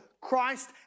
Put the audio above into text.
Christ